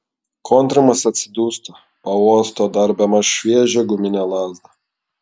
kontrimas atsidūsta pauosto dar bemaž šviežią guminę lazdą